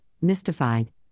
mystified